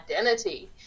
identity